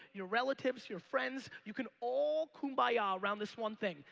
your relatives, your friends, you can all kumbaya ah around this one thing.